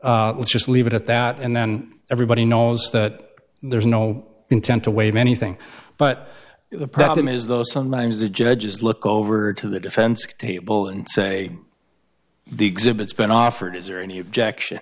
let's just leave it at that and then everybody knows that there's no intent to waive anything but the problem is though sometimes the judges look over to the defense table and say the exhibits been offered is there any objection